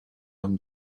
own